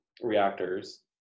reactors